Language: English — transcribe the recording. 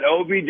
OBJ